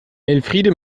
elfriede